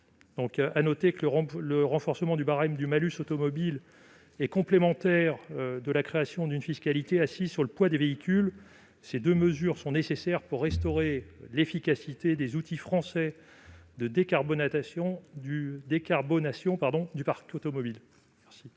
Enfin, le renforcement du barème du malus automobile est complémentaire de la création d'une fiscalité assise sur le poids des véhicules. Ces deux mesures sont nécessaires pour restaurer l'efficacité des outils français de décarbonation du parc automobile.